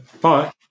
Bye